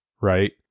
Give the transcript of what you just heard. right